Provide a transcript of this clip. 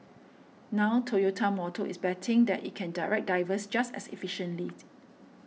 now Toyota Motor is betting that it can direct divers just as efficiently